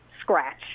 scratch